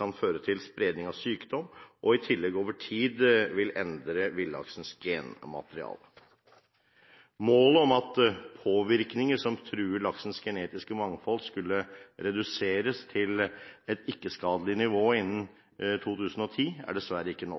kan føre til spredning av sykdom og i tillegg over tid vil endre villaksens genmateriale. Målet om at påvirkninger som truer laksens genetiske mangfold, skulle reduseres til et ikke-skadelig nivå innen 2010, er dessverre ikke